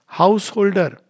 householder।